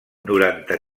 noranta